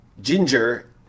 Ginger